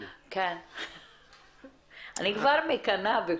ואני כמעט צעקתי שוב.